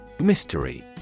mystery